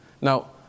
Now